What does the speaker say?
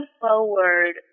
forward